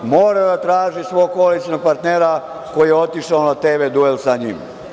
Mora da traži svog koalicionog partnera koji je otišao na tv duel sa njim.